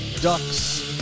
Ducks